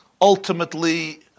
ultimately